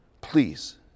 Please